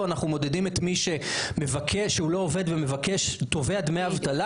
או שאנחנו מודדים את מי שלא עובד ותובע דמי אבטלה?